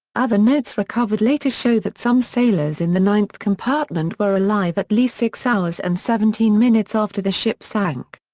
other notes recovered later show that some sailors in the ninth compartment were alive at least six hours and seventeen minutes after the ship sank.